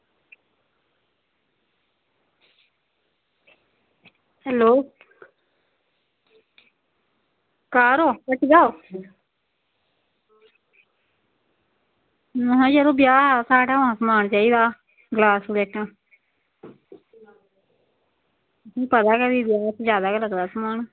hello घर ओ हट्टिया ओ ना यरो ब्याह् साढ़ै समान चाहिदा गलास प्लेटां तुसेंगी पता गै फ्ही ब्याह् च ज्यादा गै लगदा समान